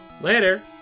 later